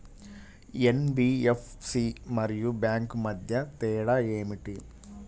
NBFC మరియు bank మధ్య తేడా ఏమిటీ?